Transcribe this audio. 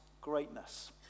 greatness